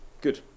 Good